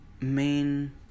main